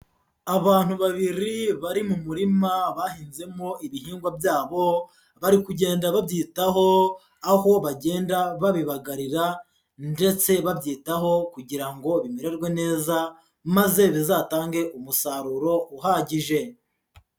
Abantu babiri bari mu murima bahinzemo ibihingwa byabo, bari kugenda babyitaho, aho bagenda babibagarira ndetse babyitaho kugira ngo bimererwe neza, maze bizatange umusaruro uhagije.